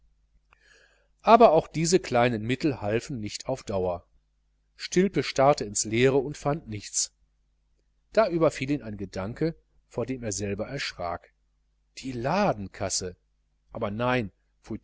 aber auch diese kleinen mittel halfen nicht auf die dauer stilpe starrte ins leere und fand nichts da überfiel ihn ein gedanke vor dem er selber erschrak die ladenkasse aber nein